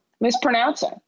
mispronouncing